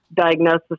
diagnosis